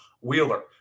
Wheeler